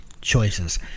choices